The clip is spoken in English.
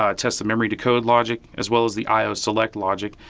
ah test the memory decode logic, as well as the io select logic.